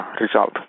result